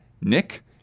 Nick